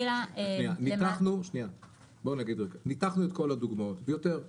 ניתחנו את כל הדוגמאות ויותר,